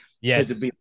yes